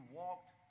walked